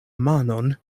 manon